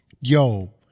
yo